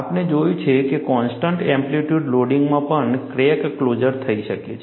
આપણે જોયું છે કે કોન્સ્ટન્ટ એમ્પ્લીટ્યુડ લોડિંગમાં પણ ક્રેક ક્લોઝર થઈ શકે છે